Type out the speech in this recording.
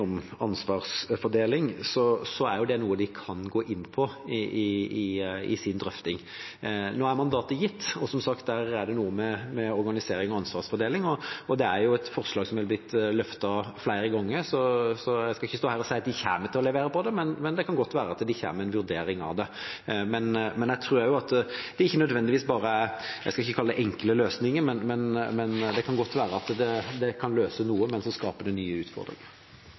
og ansvarsfordeling å gjøre. Det er et forslag som har blitt løftet fram flere ganger, så jeg skal ikke stå her og si at de kommer til å levere på det, men det kan godt være at de kommer med en vurdering av det. Men jeg tror også at det ikke nødvendigvis bare er enkle løsninger. Det kan godt være at det kan løse noe, men så skaper det nye utfordringer.